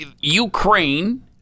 Ukraine